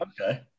Okay